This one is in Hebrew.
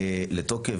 לתוקף.